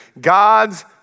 God's